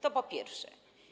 To po pierwsze.